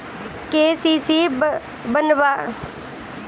KCC बनवावे खातिर का करे के पड़ी?